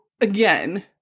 again